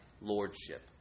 lordship